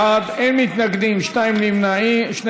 32 בעד, אין מתנגדים, שני נמנעים.